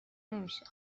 نمیشه